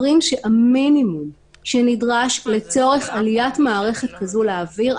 אומרים שהמינימום שנדרש לצורך עליית מערכת כזאת לאוויר,